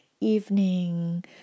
evening